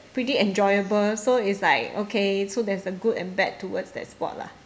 pretty enjoyable so it's like okay so there's a good and bad towards that sport lah